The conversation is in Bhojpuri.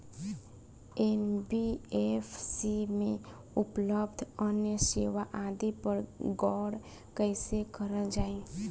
एन.बी.एफ.सी में उपलब्ध अन्य सेवा आदि पर गौर कइसे करल जाइ?